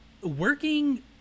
working